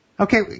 Okay